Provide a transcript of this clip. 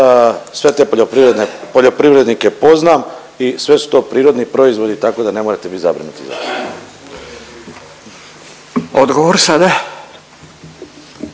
sve te poljoprivrednike poznam i sve su to prirodni proizvodi, tako da ne morate bit zabrinuti za to. **Radin,